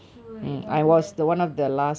so எதாவது வேற:ethavathu vera